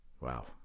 Wow